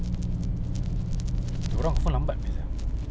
aku takut aku kalau ini hari tak masuk